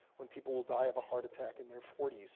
when people will die of a heart attack in their forty s.